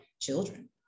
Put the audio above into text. children